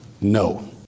No